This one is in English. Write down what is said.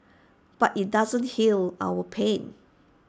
but IT doesn't heal our pain